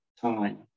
Time